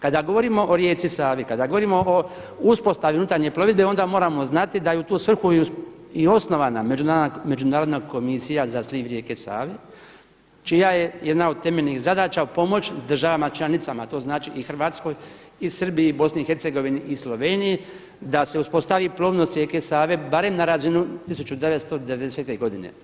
Kada govorimo o rijeci Savi, kada govorimo o uspostavi unutarnje plovidbe onda moramo znati da je u tu svrhu i osnovana Međunarodna komisija za sliv rijeke Save čija je jedna od temeljnih zadaća pomoći državama članicama, to znači i Hrvatskoj i Srbiji i Bosni i Hercegovini i Sloveniji da se uspostavi plovnost rijeke Save, barem na razinu 1990. godine.